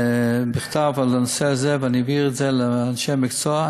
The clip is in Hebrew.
בכתב, על הנושא הזה, ואני אעביר לאנשי המקצוע.